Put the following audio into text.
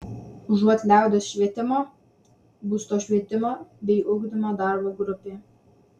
užuot liaudies švietimo bus to švietimo bei ugdymo darbo grupė